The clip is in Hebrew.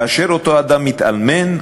כאשר אותו אדם מתאלמן,